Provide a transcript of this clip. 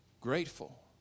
grateful